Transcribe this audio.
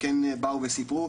וכן באו וסיפרו,